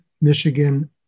Michigan